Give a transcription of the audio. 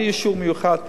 בלי אישור מיוחד,